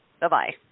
bye-bye